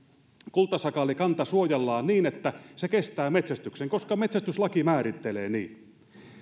kultasakaalikanta niin että se kestää metsästyksen koska metsästyslaki määrittelee niin